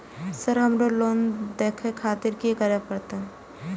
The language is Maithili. सर हमरो लोन देखें खातिर की करें परतें?